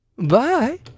bye